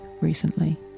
recently